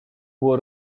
było